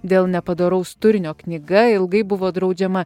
dėl nepadoraus turinio knyga ilgai buvo draudžiama